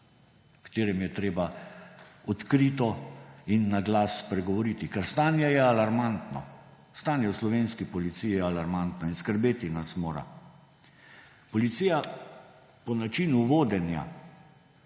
katerem je treba odkrito in naglas spregovoriti. Ker stanje je alarmantno. Stanje v slovenski policiji je alarmantno in skrbeti nas mora. Policija po načinu vodenja